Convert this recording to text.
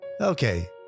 Okay